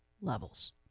levels